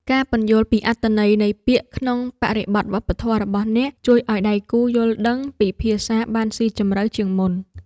ការពន្យល់ពីអត្ថន័យនៃពាក្យក្នុងបរិបទវប្បធម៌របស់អ្នក ជួយឱ្យដៃគូយល់ដឹងពីភាសាបានស៊ីជម្រៅជាងមុន។